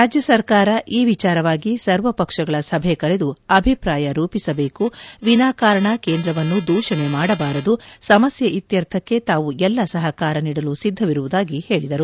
ರಾಜ್ಯ ಸರ್ಕಾರ ಈ ವಿಚಾರವಾಗಿ ಸರ್ವಪಕ್ಷಗಳ ಸಭೆ ಕರೆದು ಅಭಿಪ್ರಾಯ ರೂಪಿಸಬೇಕು ವಿನಾಕಾರಣ ಕೇಂದ್ರವನ್ನು ದೂಷಣೆ ಮಾಡಬಾರದು ಸಮಸ್ಯೆ ಇತ್ಯರ್ಥ್ಯಕ್ಕೆ ತಾವು ಎಲ್ಲ ಸಹಕಾರ ನೀಡಲು ಸಿದ್ದವಿರುವುದಾಗಿ ಹೇಳಿದರು